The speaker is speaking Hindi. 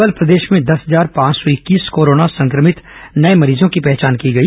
कल प्रदेश में दस हजार पांच सौ इक्कीस कोरोना संक्रमित नये मरीजों की पहचान की गई